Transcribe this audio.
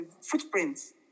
footprints